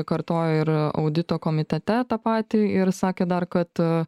kartojo ir audito komitete tą patį ir sakė dar kad